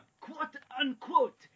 quote-unquote